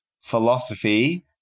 philosophy